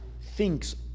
thinks